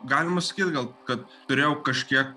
galima sakyt gal kad turėjau kažkiek